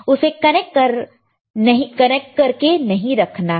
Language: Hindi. उसे कनेक्ट कर कर नहीं रखना है